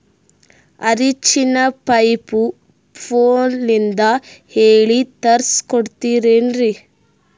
ಆರಿಂಚಿನ ಪೈಪು ಫೋನಲಿಂದ ಹೇಳಿ ತರ್ಸ ಕೊಡ್ತಿರೇನ್ರಿ?